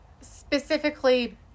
specifically